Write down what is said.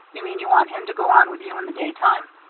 you mean you want him to go on with you in the daytime?